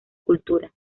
cultura